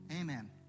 amen